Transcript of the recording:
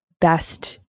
best